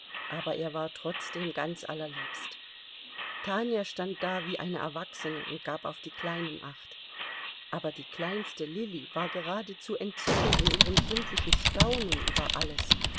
aber er war trotzdem ganz allerliebst tanja stand da wie eine erwachsene und gab auf die kleinen acht aber die kleinste lilly war geradezu entzückend in ihrem kindlichen staunen über alles